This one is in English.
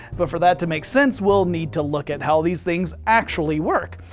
but for that to make sense, we'll need to look at how these things actually work.